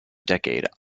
decade